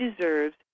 deserves